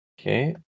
Okay